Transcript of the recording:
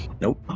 Nope